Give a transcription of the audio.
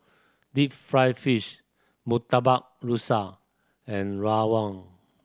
deep fried fish Murtabak Rusa and rawon